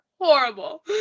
horrible